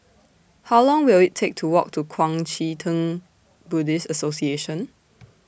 How Long Will IT Take to Walk to Kuang Chee Tng Buddhist Association